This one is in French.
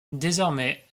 désormais